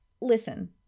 Listen